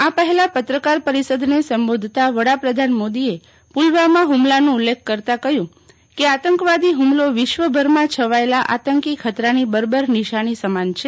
આ પહેલા પત્રકાર પરિષદને સંબોધતા વડાપ્રધાન મોદીએ પુલવામા હુમલાનો ઉલ્લેખ કરતા કહ્યું કે આતંરવાદી હુમલો વિશ્વભરમાં છવાયેલા આતંકી ખતરાની બર્બર નિશાની સમાન છે